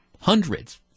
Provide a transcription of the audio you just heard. hundreds